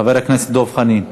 חבר הכנסת דב חנין.